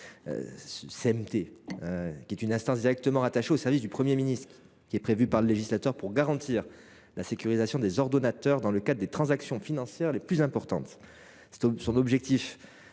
(CMT), instance directement rattachée aux services du Premier ministre et prévue par le législateur pour garantir la sécurisation des ordonnateurs dans le cadre des transactions financières les plus importantes. Son objectif